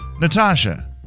Natasha